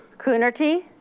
coonerty.